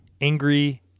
angry